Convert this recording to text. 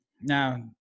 Now